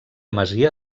masia